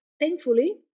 thankfully